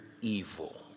evil